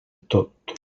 tot